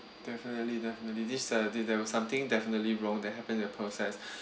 definitely definitely this uh there was something definitely wrong that happened in the process